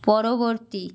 পরবর্তী